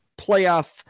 playoff